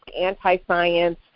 anti-science